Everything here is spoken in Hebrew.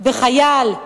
בחייל,